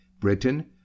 Britain